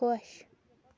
خۄش